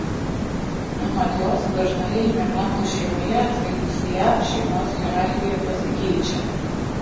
anot jos dažnoje imigrantų šeimoje atvykus į jav šeimos hierarchija pasikeičia